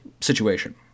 situation